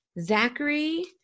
Zachary